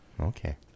Okay